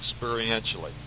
experientially